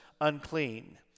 unclean